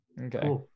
Okay